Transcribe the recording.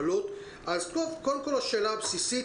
קודם כול השאלה הבסיסית,